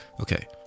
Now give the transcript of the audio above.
Okay